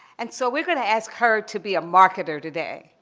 and so we're going to ask her to be a marketer today.